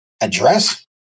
address